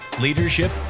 leadership